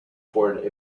toward